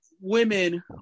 women